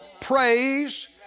praise